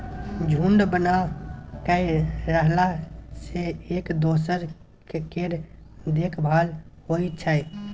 झूंड बना कय रहला सँ एक दोसर केर देखभाल होइ छै